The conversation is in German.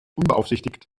unbeaufsichtigt